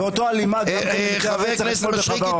באותה הלימה- -- חבר הנסת שריקי,